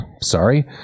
sorry